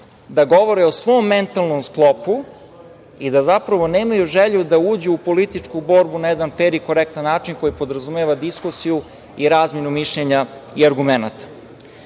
da govore o svom mentalnom sklopu i da zapravo nemaju želju da uđu u političku borbu na jedan fer i korektan način koji podrazumeva diskusiju i razmenu mišljenja i argumenata. Ono